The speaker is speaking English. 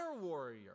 warrior